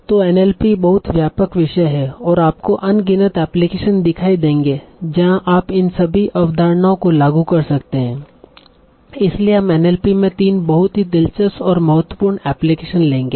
तो एनएलपी बहुत व्यापक विषय है और आपको अनगिनत एप्लीकेशन दिखाई देंगे जहां आप इन सभी अवधारणाओं को लागू कर सकते हैं इसलिए हम एनएलपी में 3 बहुत ही दिलचस्प और महत्वपूर्ण एप्लीकेशन लेंगे